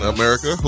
America